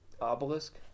obelisk